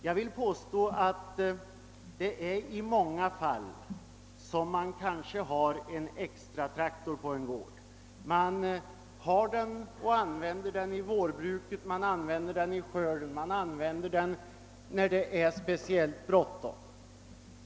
Jag vill påstå att man i många fall har en reservtraktor på en gård. Man använder den i vårbruket, vid skörden, när det är speciellt bråttom.